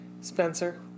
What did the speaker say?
Spencer